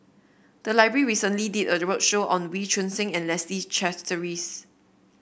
the library recently did a roadshow on Wee Choon Seng and Leslie Charteris